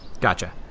Gotcha